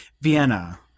Vienna